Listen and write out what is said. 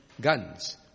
guns